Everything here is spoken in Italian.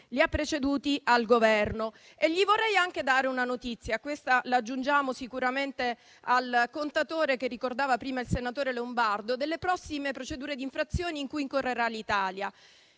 l'ha preceduto. Vorrei anche dargli una notizia, che aggiungiamo sicuramente al contatore che ricordava prima il senatore Lombardo, quello delle prossime procedure d'infrazione in cui incorrerà l'Italia.